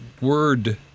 word